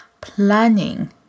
planning